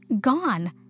gone